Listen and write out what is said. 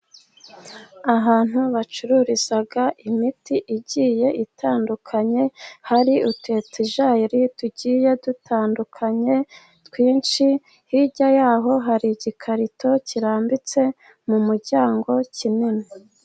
Ahantu bacururiza imiti igiye itandukanye, hari utu etajeri tugiye dutandukanye twinshi, hirya y'aho hari igikarito kirambitse mu muryango kinini.